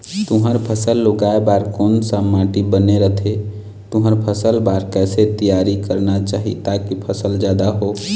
तुंहर फसल उगाए बार कोन सा माटी बने रथे तुंहर फसल बार कैसे तियारी करना चाही ताकि फसल जादा हो?